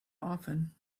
often